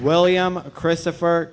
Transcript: william christopher